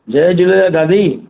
जय झूलेलाल दादी